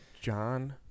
John